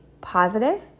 positive